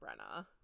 Brenna